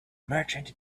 merchant